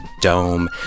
dome